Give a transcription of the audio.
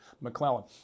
McClellan